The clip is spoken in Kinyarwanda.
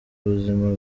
ubuzima